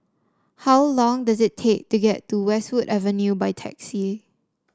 how long does it take to get to Westwood Avenue by taxi